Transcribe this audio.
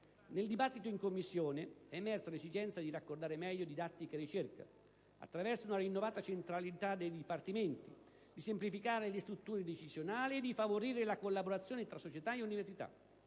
Nel dibattito in Commissione è emersa l'esigenza di raccordare meglio didattica e ricerca, attraverso una rinnovata centralità dei dipartimenti, di semplificare le strutture decisionali e di favorire la collaborazione fra società e università,